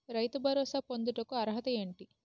రైతు భరోసా పొందుటకు అర్హత ఏంటి?